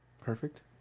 Perfect